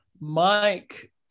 Mike